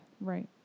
Right